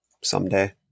someday